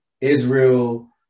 Israel